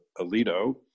Alito